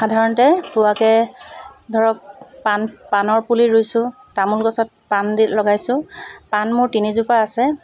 সাধাৰণতে পোৱাকে ধৰক পাণ পাণৰ পুলি ৰুইছোঁ তামোল গছত পাণ দি লগাইছোঁ পাণ মোৰ তিনিজোপা আছে